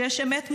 שיש אמת מוחלטת,